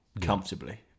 comfortably